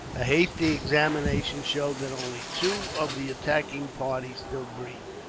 a hasty examination showed that only two of the attacking party still breathed.